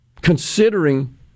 considering